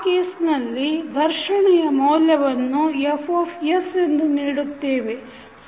ಆ ಕೇಸ್ನಲ್ಲಿ ಘರ್ಷಣೆಯ ಮೌಲ್ಯವನ್ನು F ಎಂದು ನೀಡುತ್ತೇವೆ